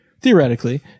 theoretically